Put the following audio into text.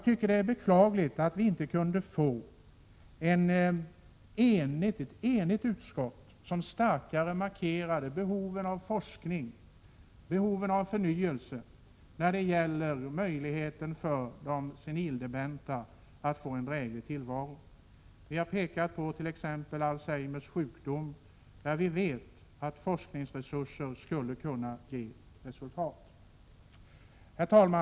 Det är beklagligt att vi inte kunde få ett enigt utskott, som starkare hade markerat behoven av forskning och förnyelse när det gäller att skapa möjligheter till en drägligare tillvaro för de senildementa. När dett.ex. gäller Alzheimers sjukdom vet vi att resurser till forskning skulle kunna ge resultat. Herr talman!